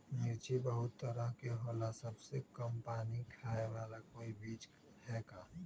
मिर्ची बहुत तरह के होला सबसे कम पानी खाए वाला कोई बीज है का?